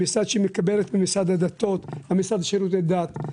במשרד שמקבלת - משרד הדתות, המשרד לשירותי דת.